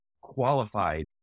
qualified